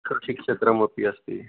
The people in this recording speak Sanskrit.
कृषिक्षेत्रमपि अस्ति